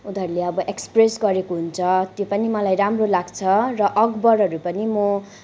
उनीहरूले अब एक्सप्रेस गरेको हुन्छ त्यो पनि मलाई राम्रो लाग्छ र अखबारहरू पनि म